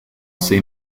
see